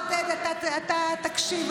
עודד, אתה תקשיב.